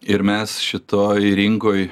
ir mes šitoj rinkoj